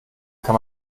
kann